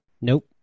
Nope